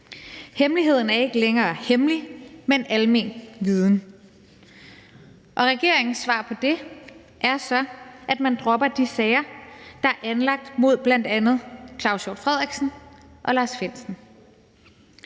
Hemmeligheden er ikke længere hemmelig, men almen viden. Regeringens svar på det er så, at man dropper de sager, der er anlagt mod bl.a. Claus Hjort Frederiksen og Lars Findsen,